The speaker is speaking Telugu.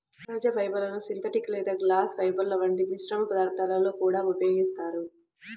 సహజ ఫైబర్లను సింథటిక్ లేదా గ్లాస్ ఫైబర్ల వంటి మిశ్రమ పదార్థాలలో కూడా ఉపయోగిస్తారు